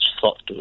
thought